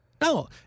No